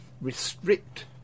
restrict